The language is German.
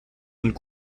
und